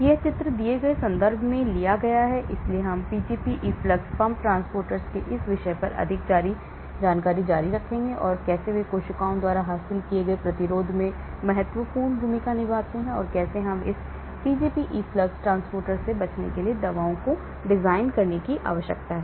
यह चित्र दिए गए इस संदर्भ से लिया गया है इसलिए हम Pgp efflux पंप ट्रांसपोर्टरों के इस विषय पर अधिक जारी रखेंगे और कैसे वे कोशिकाओं द्वारा हासिल किए गए प्रतिरोध में महत्वपूर्ण भूमिका निभाते हैं और कैसे हमें इस Pgp efflux ट्रांसपोर्टरों से बचने के लिए दवाओं को डिज़ाइन करने की आवश्यकता है